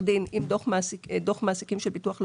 דין עם דוח מעסיקים של ביטוח לאומי.